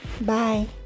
Bye